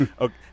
Okay